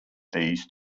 these